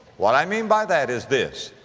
what i mean by that is this,